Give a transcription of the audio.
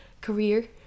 career